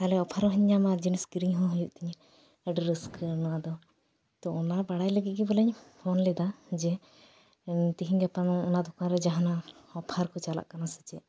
ᱛᱟᱦᱞᱮ ᱚᱯᱷᱟᱨ ᱦᱚᱸᱧ ᱧᱟᱢᱟ ᱡᱤᱱᱤᱥ ᱠᱤᱨᱤᱧ ᱦᱚᱸ ᱦᱩᱭᱩᱜ ᱛᱤᱧᱟᱹ ᱟᱹᱰᱤ ᱨᱟᱹᱥᱠᱟᱹ ᱱᱚᱣᱟ ᱫᱚ ᱛᱚ ᱚᱱᱟ ᱵᱟᱲᱟᱭ ᱞᱟᱹᱜᱤᱫ ᱜᱮ ᱵᱚᱞᱮᱧ ᱯᱷᱳᱱ ᱞᱮᱫᱟ ᱡᱮ ᱛᱮᱦᱮᱧ ᱜᱟᱯᱟ ᱚᱱᱟ ᱫᱚᱠᱟᱱ ᱨᱮ ᱡᱟᱦᱟᱸᱱᱟᱜ ᱚᱯᱷᱟᱨ ᱠᱚ ᱪᱟᱞᱟᱜ ᱠᱟᱱᱟ ᱥᱮ ᱪᱮᱫ